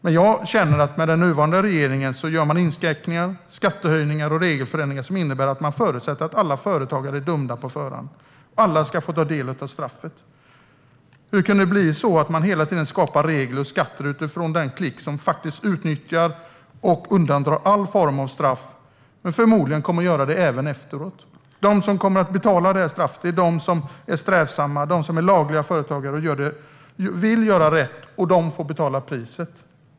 Men den nuvarande regeringen gör inskränkningar, skattehöjningar och regelförändringar som innebär att man förutsätter att alla företagare är dömda på förhand och att alla ska få del av straffet. Hur kunde det bli så att man hela tiden skapar regler och skatter utifrån den klick som utnyttjar och undkommer alla former av straff och förmodligen kommer att göra det även senare? Det blir de strävsamma, lagliga företagarna - de som vill göra rätt - som får betala priset.